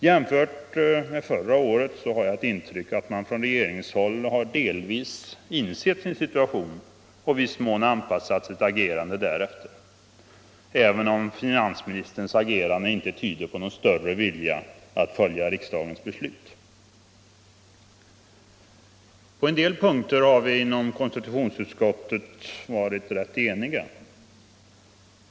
Jämfört med förra året har jag ett intryck av att man från regeringshåll delvis insett sin situation och i viss mån anpassat sitt handlande därefter, även om finansministerns agerande inte tyder på någon större vilja att följa riksdagens beslut. På en del punkter har vi inom konstitutionsutskottet varit rätt eniga.